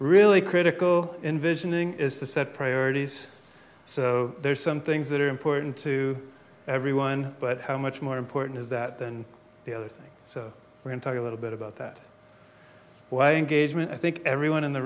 really critical envisioning is to set priorities so there's some things that are important to everyone but how much more important is that than the other thing so we can talk a little bit about that why engagement i think everyone in the